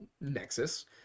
nexus